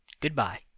Goodbye